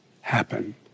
happen